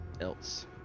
Else